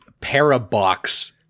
Parabox